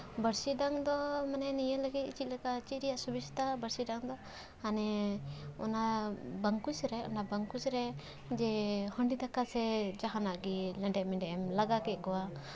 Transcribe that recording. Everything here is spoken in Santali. ᱵᱟᱬᱥᱤ ᱰᱟᱝ ᱫᱚ ᱢᱟᱱᱮ ᱱᱤᱭᱟᱹ ᱞᱟᱹᱜᱤᱫ ᱪᱮᱫ ᱞᱮᱠᱟ ᱪᱮᱫ ᱨᱮᱭᱟᱜ ᱥᱩᱵᱤᱥᱛᱟ ᱵᱟᱬᱥᱤ ᱰᱟᱝ ᱫᱚ ᱦᱟᱱᱮ ᱚᱱᱟ ᱵᱟᱝ ᱠᱚ ᱥᱮᱨᱟᱭᱟ ᱚᱱᱟ ᱵᱟᱝᱠᱩᱡ ᱨᱮ ᱡᱮ ᱦᱟᱺᱰᱤ ᱫᱟᱠᱟ ᱥᱮ ᱡᱟᱦᱟᱱᱟᱜ ᱜᱮ ᱞᱮᱸᱰᱮᱛ ᱢᱮᱸᱰᱮᱛ ᱮᱢ ᱞᱟᱜᱟ ᱠᱮᱫ ᱠᱚᱣᱟ